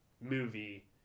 movie